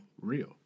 real